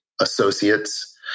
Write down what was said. associates